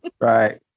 Right